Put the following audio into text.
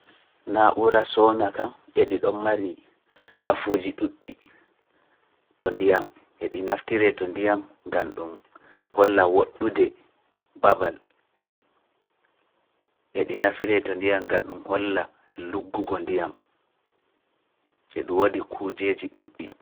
Na'uura sona kam e ɗi ɗon mari nafuuji ɗuuɗɗi to ndiyam, e ɗi naftiree to ndiyam gan ɗum holla woɗɗude babal, e ɗi nafiree to ndiyam gam ɗum holla luggugo ndiyam, e ɗun woodi kuujeji ɗuuɗɗi.